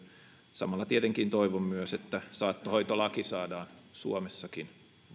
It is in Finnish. samalla tietenkin toivon myös että saattohoitolaki saadaan suomessakin